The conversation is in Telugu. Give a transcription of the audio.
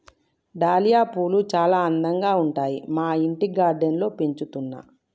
డాలియా పూలు చాల అందంగా ఉంటాయి మా ఇంటి గార్డెన్ లో పెంచుతున్నా